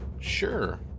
Sure